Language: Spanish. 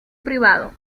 privado